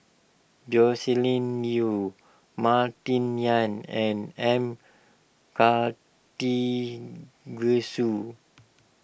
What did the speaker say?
Joscelin Yeo Martin Yan and M Karthigesu